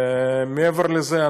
מעבר לזה,